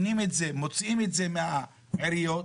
מוציאים את זה מעיריות,